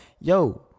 yo